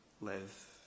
live